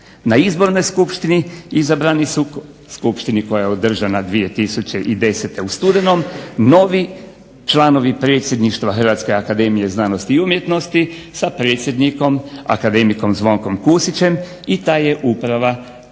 Na izbornoj skupštini izabrani, skupštini koja je održana 2010. u studenom novi članovi Predsjedništva Hrvatske akademije znanosti i umjetnosti sa predsjednikom akademikom Zvonkom Kusićem i ta je uprava nastupila